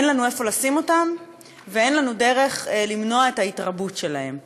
אין לנו איפה לשים אותם ואין לנו דרך למנוע את ההתרבות שלהם.